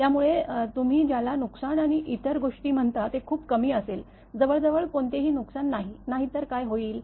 त्यामुळे तुम्ही ज्याला नुकसान आणि इतर गोष्टी म्हणता ते खूप कमी असेल जवळजवळ कोणतेही नुकसान नाही नाहीतर काय होईल